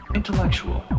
intellectual